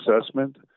assessment